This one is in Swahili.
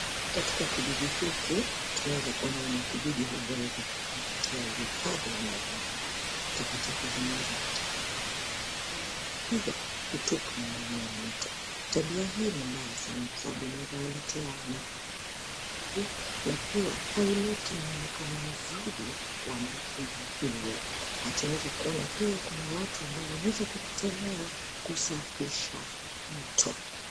Katika kijiji hiki, tunaweza kuona wanakijiji hawajaweza kuzingatia uhifadhi wa mazingira. Takataka zimeweza kutapakaa kila mahali na pia kutoka ndani ya mto. Tabia hii ni mbaya sana kwa sababu inaweza kuwaletea madhara mbalimbali na pia haileti muonekano mzuri wa mji huo. Tuweza kuona pia kuna watu ambao wameweza kujitolea kusafisha mto.